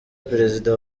perezida